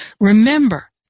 Remember